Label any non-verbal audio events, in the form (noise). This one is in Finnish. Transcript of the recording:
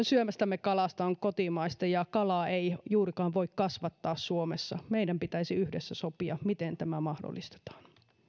(unintelligible) syömästämme kalasta on kotimaista ja kalaa ei juurikaan voi kasvattaa suomessa meidän pitäisi yhdessä sopia miten tämä mahdollistetaan